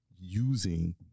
using